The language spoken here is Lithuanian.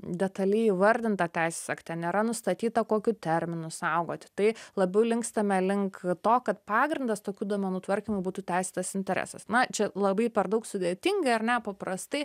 detaliai įvardintą teisės akte nėra nustatyta kokiu terminu saugoti tai labiau linkstame link to kad pagrindas tokių duomenų tvarkymo būtų teisėtas interesas na čia labai per daug sudėtingai ar ne paprastai